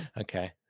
Okay